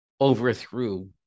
overthrew